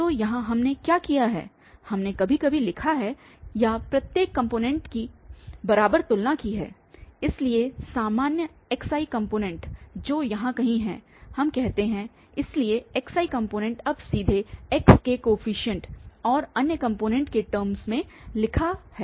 तो यहाँ हमने क्या किया है हमने अभी अभी लिखा है या प्रत्येक कॉम्पोनेंट की बराबर तुलना की है इसलिए सामान्य xi कॉम्पोनेंट जो यहाँ कहीं है हम कहते हैं इसलिए xi कॉम्पोनेंट अब सीधे x के कोफीशिएंट और अन्य कॉम्पोनेंट्स के टर्मस में लिखा है